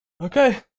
Okay